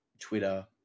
Twitter